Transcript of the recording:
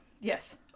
yes